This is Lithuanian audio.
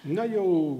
na jau